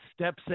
steps